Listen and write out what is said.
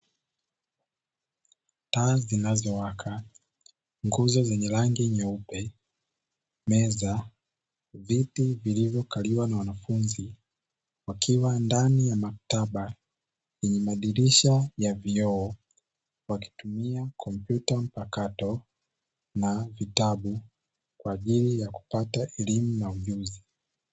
Taa zinazowaka, nguzo zenye rangi nyeupe, meza, viti vilivyokaliwa na wanafunzi; wakiwa ndani ya maktaba yenye madirisha ya vioo wakitumia kompyuta mpakato na vitabu kwa ajili ya kupata elimu na ujuzi.